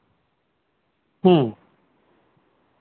ᱦᱮᱸ